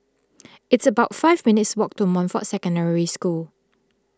it's about five minutes' walk to Montfort Secondary School